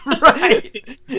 Right